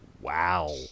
Wow